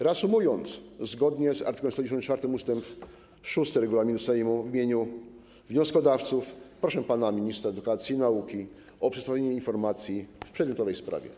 Reasumując, zgodnie z art. 194 ust. 6 regulaminu Sejmu w imieniu wnioskodawców proszę pana ministra edukacji i nauki o przedstawienie informacji w przedmiotowej sprawie.